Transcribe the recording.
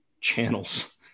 channels